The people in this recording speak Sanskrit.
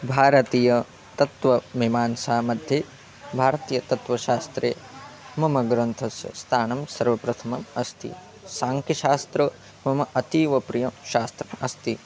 भारतीय तत्त्वमीमांसामध्ये भारतीयतत्त्वशास्त्रे मम ग्रन्थस्य स्थानं सर्वप्रथमम् अस्ति साङ्ख्यशास्त्रं मम अतीव प्रियं शास्त्रम् अस्ति